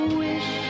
wish